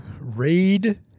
Raid